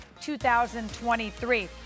2023